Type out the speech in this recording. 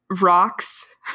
rocks